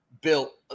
built